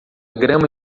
grama